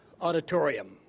auditorium